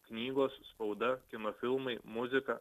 knygos spauda kino filmai muzika